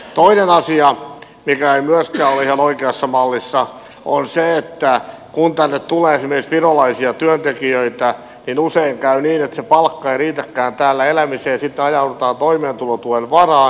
toinen asia mikä ei myöskään ole ihan oikeassa mallissa on se että kun tänne tulee esimerkiksi virolaisia työntekijöitä niin usein käy niin että se palkka ei riitäkään täällä elämiseen ja sitten ajaudutaan toimeentulotuen varaan